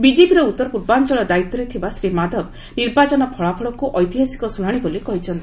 ବିଜେପିର ଉତ୍ତରପୂର୍ବାଞ୍ଚଳ ଦାୟିତ୍ୱରେ ଥିବା ଶ୍ରୀ ମାଧବ ନିର୍ବାଚନ ଫଳାଫଳକୁ ଐତିହାସିକ ଶୁଣାଣି ବୋଲି କହିଚ୍ଛନ୍ତି